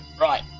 right